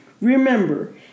Remember